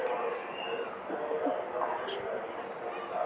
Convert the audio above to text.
गैर बैंकिंग वित्तीय सेवाओं में आवर्ती ब्याज दर क्या है?